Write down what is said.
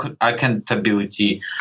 accountability